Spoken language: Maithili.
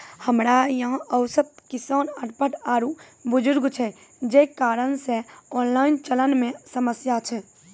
हमरा यहाँ औसत किसान अनपढ़ आरु बुजुर्ग छै जे कारण से ऑनलाइन चलन मे समस्या छै?